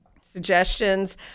suggestions